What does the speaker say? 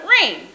rain